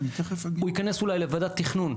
אז אני לפרוטוקול מבקש את הסקירה הזאת.